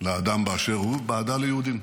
לאדם באשר הוא, באהדה ליהודים.